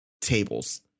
tables